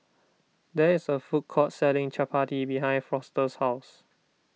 there is a food court selling Chappati behind Foster's house